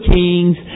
kings